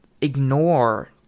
ignore